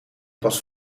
pas